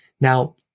Now